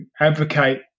advocate